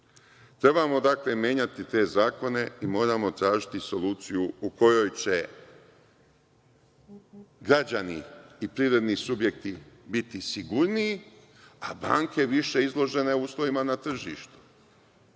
dakle, menjati te zakone i moramo tražiti soluciju u kojoj će građani i privredni subjekti biti sigurniji, a banke više izložene uslovima na tržištu.